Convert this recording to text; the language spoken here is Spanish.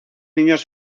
niños